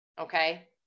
Okay